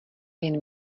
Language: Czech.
jen